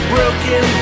Broken